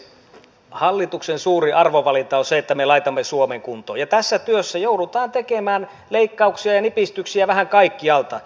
hallituksen suuri arvovalinta on se että me laitamme suomen kuntoon ja tässä työssä joudutaan tekemään leikkauksia ja nipistyksiä vähän kaikkialta